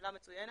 שאלה מצוינת.